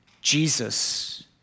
Jesus